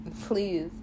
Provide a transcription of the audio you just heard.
please